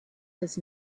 does